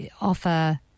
offer